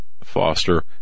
foster